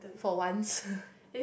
for once